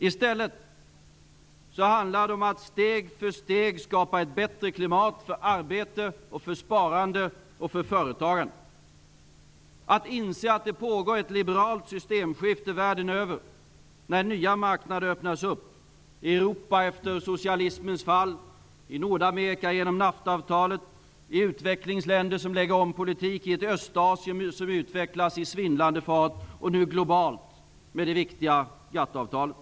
I stället handlar det om att steg för steg skapa ett bättre klimat för arbete, för sparande och för företagande, att inse att det pågår ett liberalt systemskifte världen över när nya marknader öppnas i Europa efter socialismens fall, i Nordamerika genom NAFTA-avtalet, i utvecklingsländer som lägger om politik, i Östasien som utvecklas i svindlande fart och nu globalt med det viktiga GATT-avtalet.